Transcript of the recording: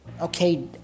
Okay